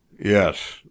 yes